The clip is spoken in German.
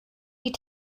die